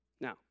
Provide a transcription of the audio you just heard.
Now